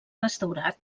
restaurat